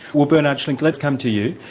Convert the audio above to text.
well bernhard schlink, let's come to you.